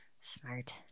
smart